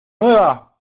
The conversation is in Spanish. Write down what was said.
nueva